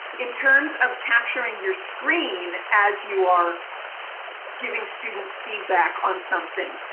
in terms of capturing your screen as you are giving students feedback on something,